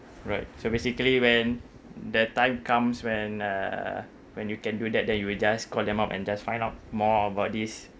right so basically when the time comes when uh when you can do that then you will just call them up and just find out more about this